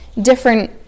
different